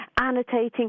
annotating